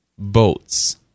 Boats